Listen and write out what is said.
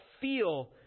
feel